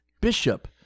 Bishop